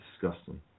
Disgusting